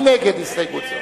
מי נגד הסתייגות זו?